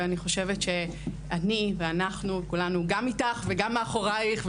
ואני ואנחנו כולנו גם איתך וגם מאחוריך,